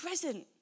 present